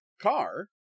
car